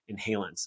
inhalants